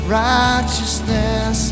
righteousness